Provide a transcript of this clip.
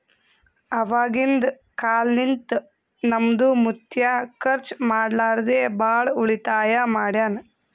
ಅವಾಗಿಂದ ಕಾಲ್ನಿಂತ ನಮ್ದು ಮುತ್ಯಾ ಖರ್ಚ ಮಾಡ್ಲಾರದೆ ಭಾಳ ಉಳಿತಾಯ ಮಾಡ್ಯಾನ್